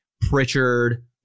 Pritchard